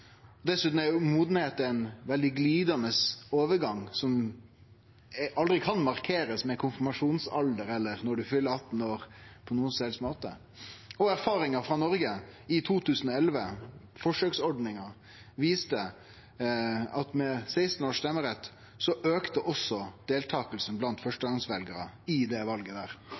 Dessutan er mognad ein veldig glidande overgang som ikkje på nokon som helst måte kan markerast med konfirmasjonsalder eller at ein fyller 18 år. Erfaringa frå Noreg frå 2011, forsøksordninga, viste at med 16 års stemmerettsalder auka deltakinga blant førstegongsveljarar. Det var høgare valdeltaking blant 16- og 17-åringar i